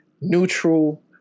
neutral